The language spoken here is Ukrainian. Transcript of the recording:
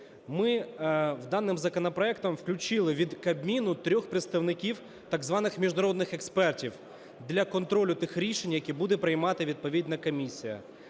Ми даним законопроектом включили від Кабміну трьох представників так званих міжнародних експертів для контролю тих рішень, які буде приймати відповідна комісія.